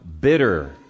bitter